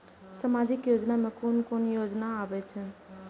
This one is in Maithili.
सामाजिक योजना में कोन कोन योजना आबै छै?